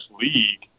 league